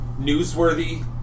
newsworthy